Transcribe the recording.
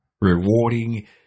rewarding